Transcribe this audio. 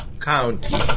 county